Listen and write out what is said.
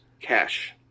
cash